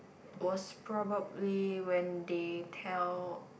was probably when they tell